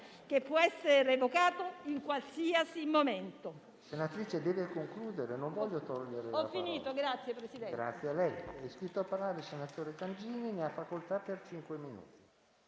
che può essere revocato in qualsiasi momento.